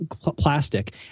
plastic